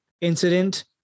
incident